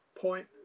point